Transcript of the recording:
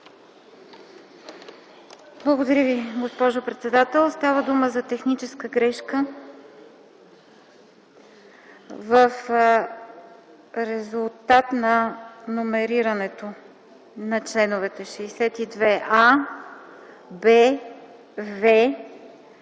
Благодаря Ви, госпожо председател. Става дума за техническа грешка в резултат на номерирането на членове 62а, б и